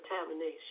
contamination